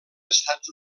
estats